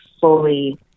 fully